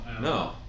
no